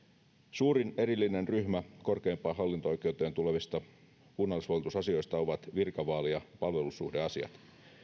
suurin erillinen ryhmä korkeimpaan hallinto oikeuteen tulevista kunnallisvalitusasioista ovat virkavaali ja palvelussuhdeasiat